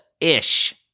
ish